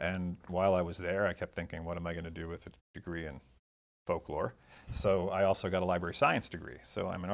and while i was there i kept thinking what am i going to do with a degree in folklore so i also got a library science degree so i'm an